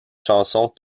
chansons